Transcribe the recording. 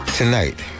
tonight